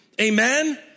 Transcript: Amen